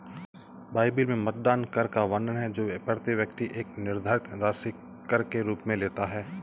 Bible में मतदान कर का वर्णन है जो प्रति व्यक्ति एक निर्धारित राशि कर के रूप में लेता है